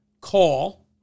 call